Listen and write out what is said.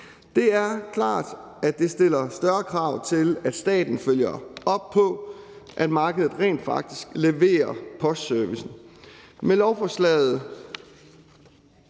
Det er klart, at det stiller større krav til, at staten følger op på, at markedet rent faktisk leverer postservicen.